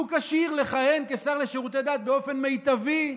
שהוא כשיר לכהן כשר לשירותי דת באופן מיטבי,